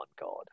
God